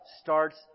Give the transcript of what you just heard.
starts